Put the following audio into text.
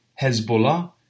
Hezbollah